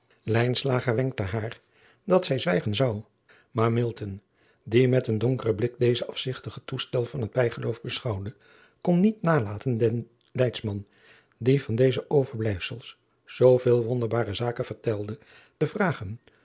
wenkte haar dat zij zwijgen zou aar die met een donkeren blik dezen afzigtigen toestel van het bijgeloof beschouwde kon niet nalaten den leidsman die van deze overblijffels zooveel wonderbare zaken vertelde te vragen